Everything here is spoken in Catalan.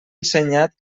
ensenyat